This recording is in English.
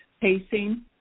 pacing